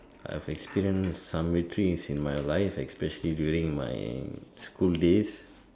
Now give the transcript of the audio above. I've experienced some victories in my life especially during my school days